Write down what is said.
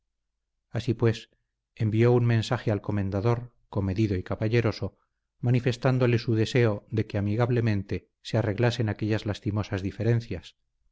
así pues envió un mensaje al comendador comedido y caballeroso manifestándole su deseo de que amigablemente se arreglasen aquellas lastimosas diferencias